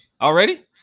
already